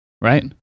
right